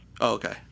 Okay